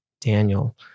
Daniel